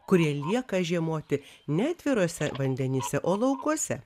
kurie lieka žiemoti ne atviruose vandenyse o laukuose